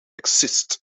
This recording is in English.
exist